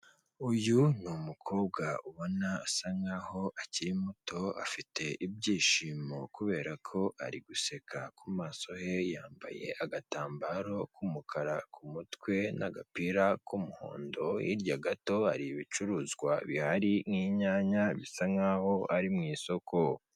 Aya ni ameza ari mu nzu, bigaragara ko aya meza ari ayokuriho arimo n'intebe nazo zibaje mu biti ariko aho bicarira hariho imisego.